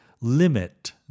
limit